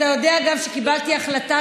אתה יודע גם שקיבלתי החלטה,